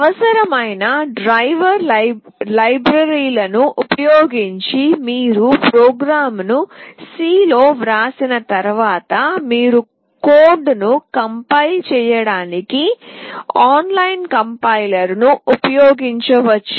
అవసరమైన డ్రైవర్ లైబ్రరీలను ఉపయోగించి మీరు ప్రోగ్రామ్ను సి లో వ్రాసిన తర్వాత మీరు కోడ్ను కంపైల్ చేయడానికి ఆన్లైన్ కంపైలర్ను ఉపయోగించవచ్చు